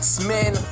X-Men